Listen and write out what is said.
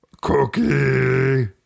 Cookie